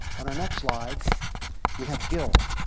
on our next slide we have guilt.